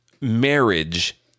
marriage